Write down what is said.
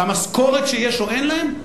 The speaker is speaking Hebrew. במשכורת שיש או אין להם,